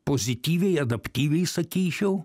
pozityviai adaptyviai sakyčiau